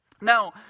Now